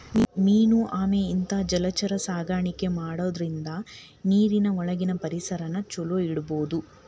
main ಆಮೆ ಇಂತಾ ಜಲಚರ ಸಾಕಾಣಿಕೆ ಮಾಡೋದ್ರಿಂದ ನೇರಿನ ಒಳಗಿನ ಪರಿಸರನ ಚೊಲೋ ಇಡಬೋದು